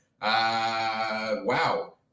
Wow